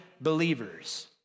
believers